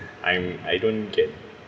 I'm I don't get